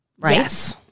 Right